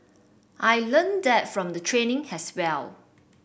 I learnt that from the training as well